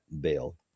bill